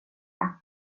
jag